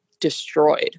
destroyed